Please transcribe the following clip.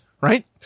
right